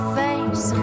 face